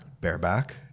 Bareback